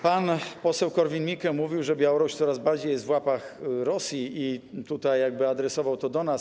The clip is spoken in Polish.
Pan poseł Korwin-Mikke mówił, że Białoruś coraz bardziej jest w łapach Rosji, i jakby adresował to do nas.